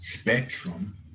spectrum